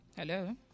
Hello